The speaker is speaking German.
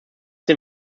den